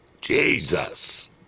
Jesus